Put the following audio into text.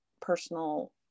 personal